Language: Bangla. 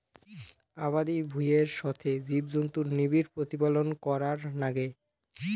আবাদি ভুঁইয়ের সথে জীবজন্তুুর নিবিড় প্রতিপালন করার নাগে